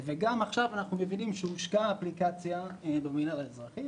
ועכשיו אנחנו מבינים שהושקה אפליקציה במינהל האזרחי